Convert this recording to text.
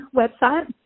website